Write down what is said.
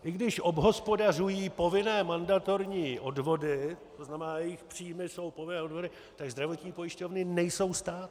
I když obhospodařují povinné mandatorní odvody, tzn. jejich příjmy jsou povinné odvody, tak zdravotní pojišťovny nejsou stát.